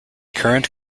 current